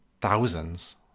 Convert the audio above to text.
thousands